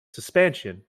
suspension